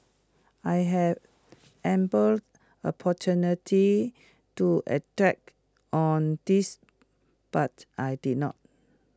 I had ample opportunity to attack on this but I did not